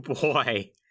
boy